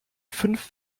fünf